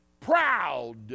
proud